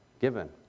given